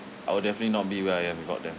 I will definitely not be where I am without them